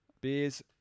Beers